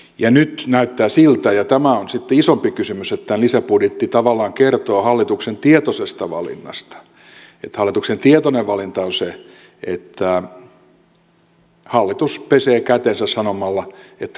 ja nyt näyttää siltä ja tämä on sitten isompi kysymys että tämä lisäbudjetti tavallaan kertoo hallituksen tietoisesta valinnasta että hallituksen tietoinen valinta on se että hallitus pesee kätensä sanomalla että rahat on loppu